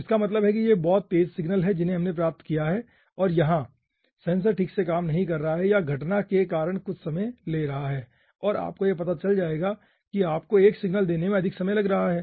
तो इसका मतलब है कि ये बहुत तेज़ सिग्नल हैं जिन्हें हमने प्राप्त किया है और यहां सेंसर ठीक से काम नहीं कर रहा है या घटना के कारण कुछ समय ले रहा है और आपको यह पता चल जाएगा कि आपको एक सिग्नल देने में अधिक समय लग रहा है